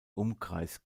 umkreis